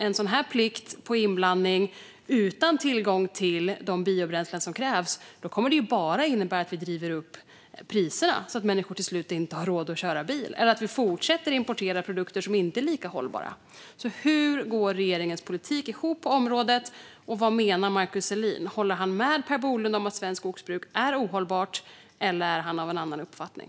En sådan här plikt när det gäller inblandning utan tillgång till de biobränslen som krävs kommer ju bara att innebära att vi driver upp priserna så att människor till slut inte har råd att köra bil eller att vi fortsätter att importera produkter som inte är lika hållbara. Hur går regeringens politik på området ihop? Och vad menar Markus Selin - håller han med Per Bolund om att svenskt skogsbruk är ohållbart, eller är han av en annan uppfattning?